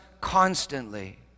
constantly